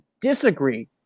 disagree